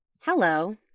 Hello